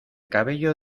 cabello